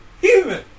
human